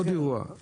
עוד אירוע,